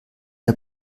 der